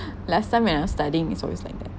last time when I was studying is always like that